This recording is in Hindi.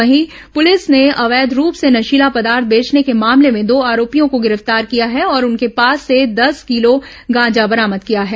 वहीं पुलिस ने अवैध रूप से नशीला पदार्थ बेचने के मामले में दो आरोपियों को गिरफ्तार किया है और उनके पास से दस किलो गांजा बरामद किया गया है